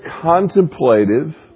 contemplative